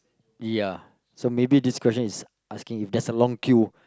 ya so maybe this question is asking if there's a long queue